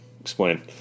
explain